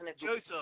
Joseph